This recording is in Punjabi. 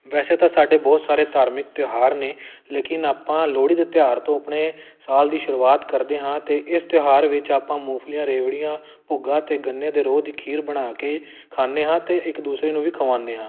ਵੈਸੇ ਤਾਂ ਸਾਡੇ ਬਹੁਤ ਸਾਰੇ ਧਾਰਮਿਕ ਤਿਉਹਾਰ ਨੇ ਲੇਕਿਨ ਆਪਾਂ ਲੋਹੜੀ ਦੇ ਤਿਉਹਾਰ ਤੋਂ ਆਪਣੇ ਸਾਲ ਦੀ ਸ਼ੁਰੂਆਤ ਕਰਦੇ ਹਾਂ ਅਤੇ ਇਸ ਤਿਉਹਾਰ ਵਿੱਚ ਆਪਾਂ ਮੂੰਗਫਲੀਆਂ ਰਿਉੜੀਆਂ ਭੁੱਗਾ ਅਤੇ ਗੰਨੇ ਦੇ ਰੋਹ ਦੀ ਖੀਰ ਬਣਾ ਕੇ ਖਾਂਦੇ ਹਾਂ ਅਤੇ ਇੱਕ ਦੂਸਰੇ ਨੂੰ ਵੀ ਖਵਾਉਂਦੇ ਹਾਂ